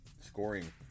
scoring